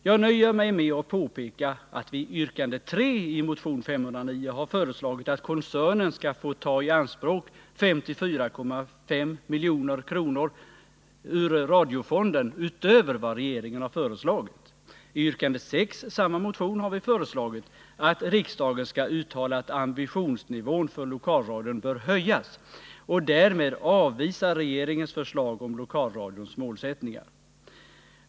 Jag nöjer mig med att påpeka att vi i yrkande 3 i motion 509 har föreslagit att koncernen skall få ta i anspråk 54,5 milj.kr. ur radiofonden utöver vad regeringen har föreslagit. I yrkande 6 i samma motion har vi föreslagit att riksdagen skall uttala att ambitionsnivån för lokalradion bör höjas och därmed avvisa regeringens förslag om lokalradions målsättningar.